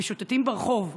חלקם משוטטים ברחוב,